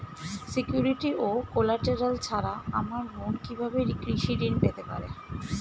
Security ও collateral ছাড়া আমার বোন কিভাবে কৃষি ঋন পেতে পারে?